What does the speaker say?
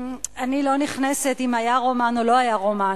אני לא נכנסת אם היה רומן או לא היה רומן,